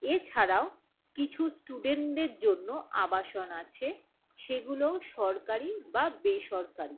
এছাড়াও কিছু স্টুডেন্টদের জন্য আবাসন আছে সেগুলোও সরকারি বা বেসরকারি